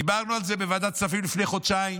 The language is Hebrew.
דיברנו על זה בוועדת הכספים לפני חודשיים,